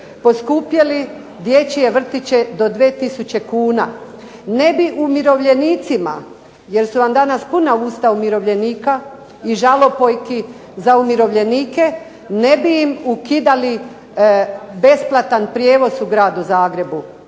poskupjeli dječje vrtiće do 2 tisuće kuna. Ne bi umirovljenicima jer su vam danas puna usta umirovljenika i žalopojki za umirovljenike ne bi im ukidali besplatan prijevoz u gradu Zagrebu,